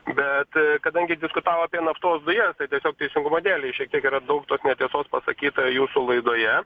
bet kadangi diskutavom apie naftos dujas tai tiesiog teisingumo dėlei šiek tiek yra daug tos netiesos pasakyta jūsų laidoje